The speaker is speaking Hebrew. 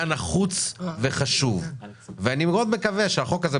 נחוץ וחשוב ואני מאוד מקווה שהחוק הזה,